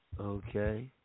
Okay